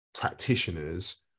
practitioners